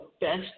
best